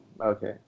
Okay